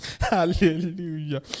Hallelujah